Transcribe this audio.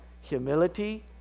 humility